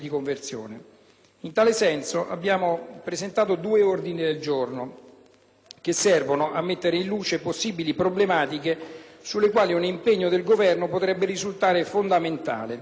che servono a mettere in luce possibili problematiche sulle quali un impegno del Governo potrebbe risultare fondamentale. Il primo attiene alla disposizione che autorizza il Ministero degli affari